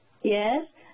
yes